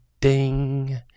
ding